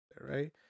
right